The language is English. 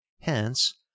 Hence